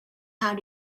how